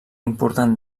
important